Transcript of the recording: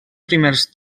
primers